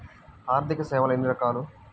ఆర్థిక సేవలు ఎన్ని రకాలు?